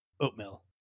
oatmeal